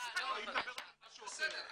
היא מדברת על משהו אחר.